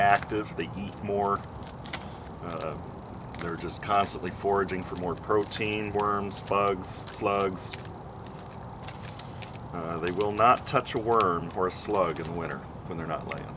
active the more they're just constantly foraging for more protein worms fugs slugs they will not touch a worm or a slug in the winter when they're not like